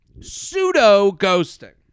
Pseudo-ghosting